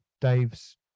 Dave's